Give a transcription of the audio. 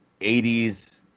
80s